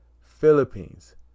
Philippines